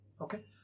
Okay